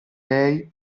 lei